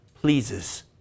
pleases